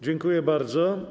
Dziękuję bardzo.